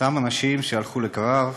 אותם אנשים שהלכו לקרב,